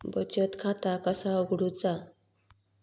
बचत खाता कसा उघडूचा?